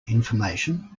information